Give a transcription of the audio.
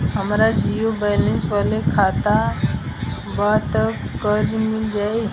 हमार zero balance वाला खाता बा त कर्जा मिल जायी?